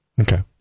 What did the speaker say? Okay